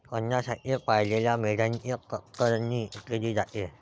अन्नासाठी पाळलेल्या मेंढ्यांची कतरणी केली जाते